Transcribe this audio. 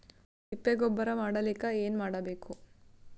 ತಿಪ್ಪೆ ಗೊಬ್ಬರ ಮಾಡಲಿಕ ಏನ್ ಮಾಡಬೇಕು?